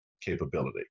capability